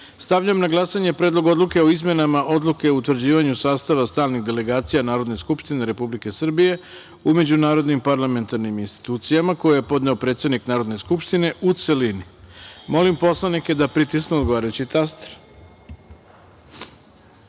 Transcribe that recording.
na glasanje Predlog odluke o izmenama Odluke o utvrđivanju sastava stalnih delegacija Narodne skupštine Republike Srbije u međunarodnim parlamentarnim institucijama, koje je podneo predsednik Narodne skupštine, u celini. Molim poslanike da pritisnu odgovarajući